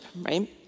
right